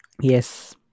Yes